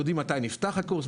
יודעים מה נפתח הקורס,